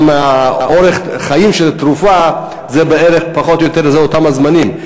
גם אורך החיים של התרופה זה פחות או יותר אותם הזמנים.